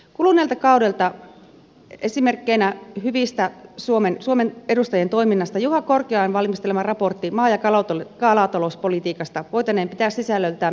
kuluneelta kaudelta esimerkkinä hyvästä suomen edustajien toiminnasta juha korkeaojan valmistelemaa raporttia maa ja kalatalouspolitiikasta voitaneen pitää sisällöltään merkittävänä